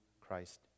Christ